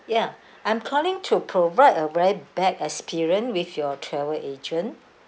ya I'm calling to provide a very bad experience with your travel agent